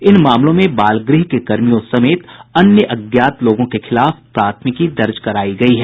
इन मामलों में बाल गृह के कर्मियों समेत अन्य अज्ञात लोगों के खिलाफ प्राथमिकी दर्ज करायी गयी है